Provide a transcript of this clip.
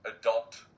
adult